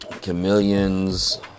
chameleons